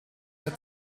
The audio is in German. mehr